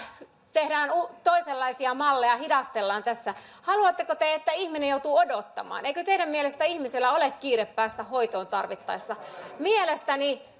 tehdään toisenlaisia malleja ja hidastellaan tässä haluatteko te että ihminen joutuu odottamaan eikö teidän mielestänne ihmisellä ole kiire päästä hoitoon tarvittaessa mielestäni